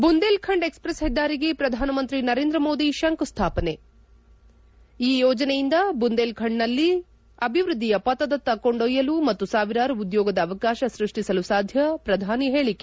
Bundelkhand express ಹೆದ್ದಾರಿಗೆ ಪ್ರಧಾನಮಂತ್ರಿ ನರೇಂದ್ರ ಮೋದಿ ಶಂಕುಸ್ಥಾಪನೆ ಈ ಯೋಜನೆಯಿಂದ ಬುಂದೇಲ್ ಖಂಡ್ನ್ನು ಅಭಿವೃದ್ಧಿಯ ಪಥದತ್ತ ಕೊಂಡೊಯ್ಟಲು ಮತ್ತು ಸಾವಿರಾರು ಉದ್ಲೋಗದ ಅವಕಾಶ ಸೃಷ್ಷಿಸಲು ಸಾಧ್ಯ ಪ್ರಧಾನಿ ಹೇಳಕೆ